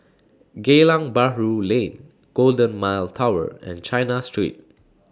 Geylang Bahru Lane Golden Mile Tower and China Street